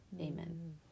Amen